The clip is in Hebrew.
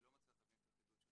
הוספנו את באישור ועדת הכלכלה.